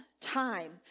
time